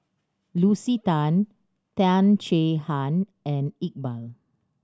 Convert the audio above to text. Lucy Tan Tan Chay Han and Iqbal